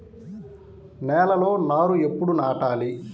నేలలో నారు ఎప్పుడు నాటాలి?